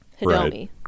Hidomi